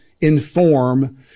inform